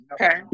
Okay